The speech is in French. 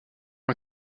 ont